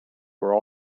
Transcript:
were